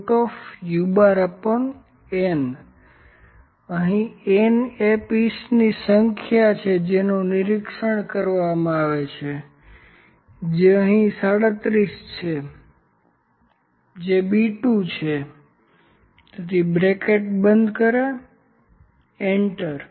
L u 3un અહીં n એ પીસની સંખ્યા છે જેનું નિરીક્ષણ કરવામાં આવે છે જે અહીં 37 છે જે B2 છે તેથી કૌંસ બંધ કરો એન્ટર